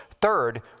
Third